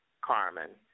Carmen